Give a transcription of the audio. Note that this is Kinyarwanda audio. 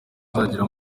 azagera